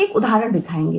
एक उदाहरण दिखाएंगे